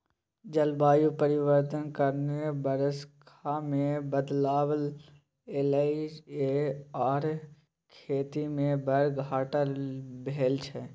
जलबायु परिवर्तन कारणेँ बरखा मे बदलाव एलय यै आर खेती मे बड़ घाटा भेल छै